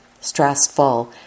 stressful